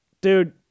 dude